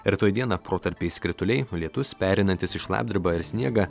rytoj dieną protarpiais krituliai lietus pereinantis į šlapdribą ir sniegą